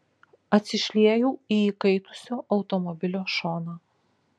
atsišliejau į įkaitusio automobilio šoną